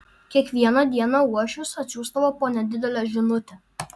kiekvieną dieną uošvis atsiųsdavo po nedidelę žinutę